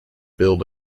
build